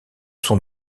sont